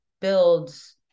builds